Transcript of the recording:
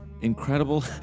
incredible